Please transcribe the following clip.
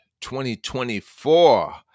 2024